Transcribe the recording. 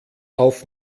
auf